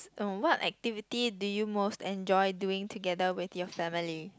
oh what activity do you most enjoy doing together with your family